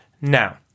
Now